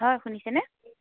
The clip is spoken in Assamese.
হয় শুনিছেনে